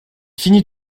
finit